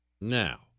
Now